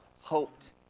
hoped